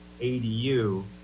adu